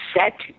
set